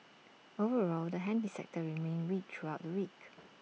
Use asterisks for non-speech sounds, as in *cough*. overall the handy sector remained weak throughout the week *noise*